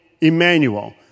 Emmanuel